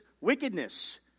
wickedness